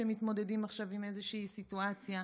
שמתמודדים עכשיו עם איזושהי סיטואציה?